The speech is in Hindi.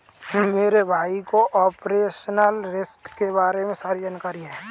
मेरे भाई को ऑपरेशनल रिस्क के बारे में सारी जानकारी है